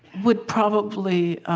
would probably